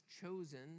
chosen